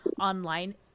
online